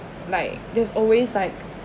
like there's always like